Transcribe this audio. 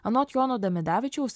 anot jono damidavičiaus